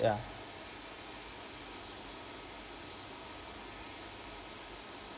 ya